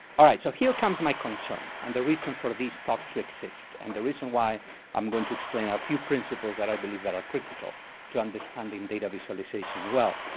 all right. so here comes my concern, and the reason for this talk to exist, and the reason why i'm going to explain a few principles that i believe that are critical to understanding data visualization well.